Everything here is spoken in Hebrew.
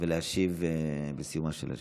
ולהשיב בסיומה של השאילתה.